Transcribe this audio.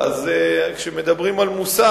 אז תכבוש את ניו-יורק, למה לא?